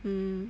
mm